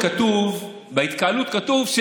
אנחנו עוברים להצבעה על הסתייגות מס'